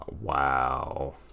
Wow